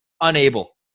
unable